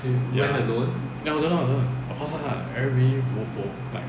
ya I was alone alone of course lah everybody like